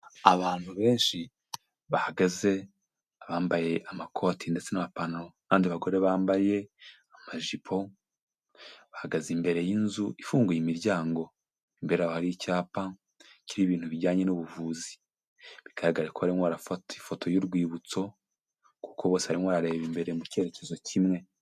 Abantu benshi bahagaze, abambaye amakoti ndetse n'amapantaro, abandi bagore bambaye amajipo, bahagaze imbere y'inzu ifunguye imiryango, imbere aho hari icyapa cy'ibintu bijyanye n'ubuvuzi. Bigaragare ko barimo barafata ifoto y'urwibutso, kuko bose barimo barareba imbere mu cyerekezo kimwe.